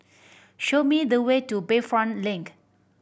show me the way to Bayfront Link